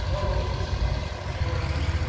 औ औ औ नांदों